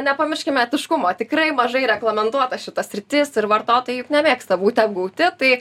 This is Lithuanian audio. nepamirškim etiškumo tikrai mažai reglamentuota šita sritis ir vartotojai juk nemėgsta būti apgauti tai